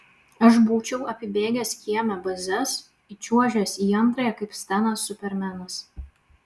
aš būčiau apibėgęs kieme bazes įčiuožęs į antrąją kaip stenas supermenas